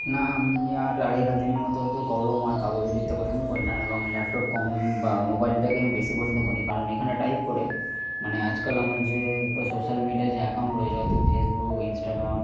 না আমি আর আগেকার দিনের মতো অত কলম আর কাগজে লিখতে পছন্দ করি না এবং ল্যাপটপ কম বা মোবাইলটাকেই আমি বেশি পছন্দ করি কারণ এখানে টাইপ করে মানে আজকাল আমি যে সোশ্যাল মিডিয়ায় যে অ্যাকাউন্ট রয়েছে ফেসবুক ইনস্টাগ্রাম